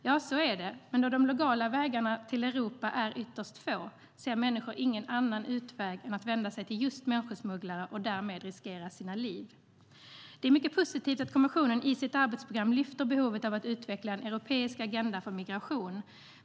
Ja, så är det, men då de legala vägarna till Europa är ytterst få ser människor ingen annan utväg än att vända sig till just människosmugglare och därmed riskera sina liv. Det är mycket positivt att kommissionen i sitt arbetsprogram lyfter fram behovet av att utveckla en europeisk agenda för migration.